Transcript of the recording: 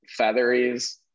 featheries